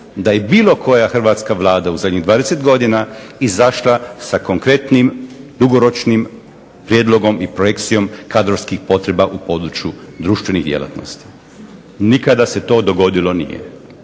da je bilo koja hrvatska Vlada u zadnjih 20 godina izašla sa konkretnim dugoročnim prijedlogom i projekcijom kadrovskih potreba u području društvenih djelatnosti? Nikada se to dogodilo nije.